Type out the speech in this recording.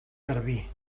garbí